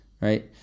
right